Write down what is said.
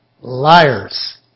Liars